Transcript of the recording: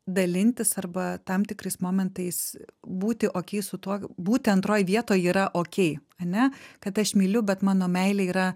dalintis arba tam tikrais momentais būti okei su tuo būti antroj vietoj yra okei ane kad aš myliu bet mano meilė yra